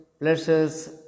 pleasures